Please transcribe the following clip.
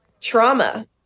trauma